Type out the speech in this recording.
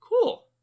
Cool